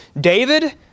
David